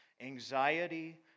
anxiety